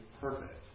perfect